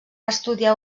estudiar